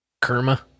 Kerma